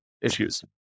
issues